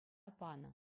панӑ